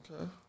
Okay